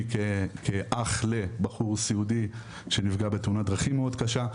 כאח לבחור סיעודי שנפגע בתאונת דרכים מאוד קשה,